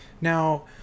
Now